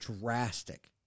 drastic